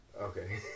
Okay